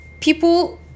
people